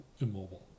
immobile